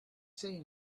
seen